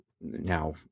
now